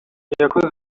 yakoze